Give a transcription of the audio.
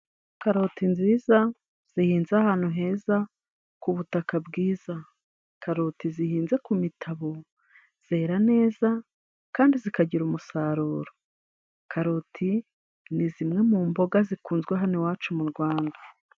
Karoti nziza zihinze ahantu heza kubutaka bwiza ,karoti zihinze ku mitabo zera neza kandi zikagira umusaruro, karoti ni zimwe mu mboga zikunzwe hano iwacu mu Rwanda.